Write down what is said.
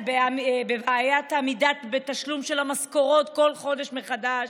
בבעיית עמידה בתשלום המשכורות כל חודש מחדש,